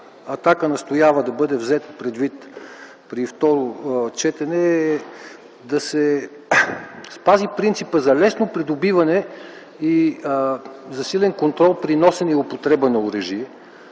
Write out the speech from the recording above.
„Атака” настоява да бъде взето предвид на второ четене, е да се спази принципът за лесно придобиване и засилен контрол при носене и употреба на оръжие.